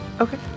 Okay